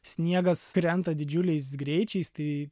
sniegas krenta didžiuliais greičiais tai